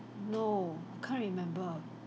no I can't remember